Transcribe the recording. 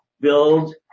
build